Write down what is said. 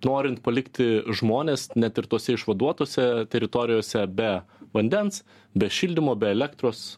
norint palikti žmones net ir tose išvaduotose teritorijose be vandens be šildymo be elektros